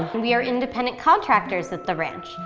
we are independent contractors at the ranch.